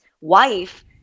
wife